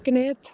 Kenneth